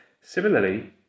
Similarly